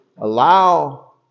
allow